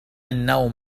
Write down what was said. النوم